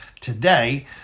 today